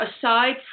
Aside